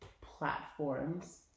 platforms